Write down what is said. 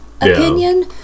opinion